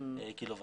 לקילו וואט.